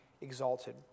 exalted